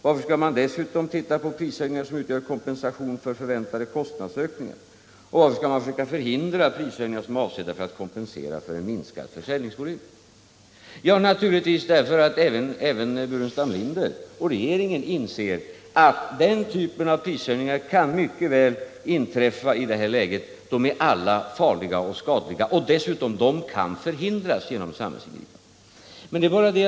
Varför skall man dessutom övervaka att prishöjningar inte utgör kompensation för förväntade kostnadsökningar och försöka hindra prishöjningar, avsedda att kompensera för en minskad försäljningsvolym? Jo, naturligtvis därför att även Burenstam Linder och regeringen inser att dessa typer av prishöjningar mycket väl kan inträffa i detta läge. De är alla farliga och skadliga och kan dessutom förhindras genom samhällsingripanden.